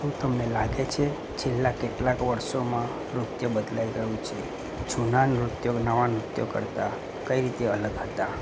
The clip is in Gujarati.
શું તમને લાગે છે છેલ્લા કેટલાક વર્ષોમાં નૃત્ય બદલાઈ ગયું છે જૂના નૃત્યો નવા નૃત્યો કરતાં કઈ રીતે અલગ હતા